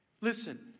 listen